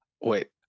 wait